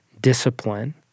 discipline